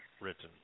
written